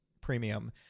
premium